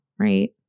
right